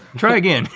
try again